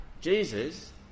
Jesus